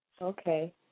Okay